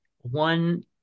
one